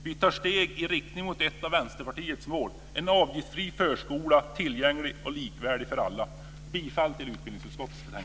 Vi tar alltså steg i riktning mot ett av Vänsterpartiets mål: en avgiftsfri förskola, tillgänglig och likvärdig för alla. Jag yrkar bifall till hemställan i utbildningsutskottets betänkande.